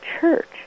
church